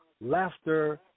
laughter